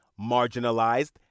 marginalized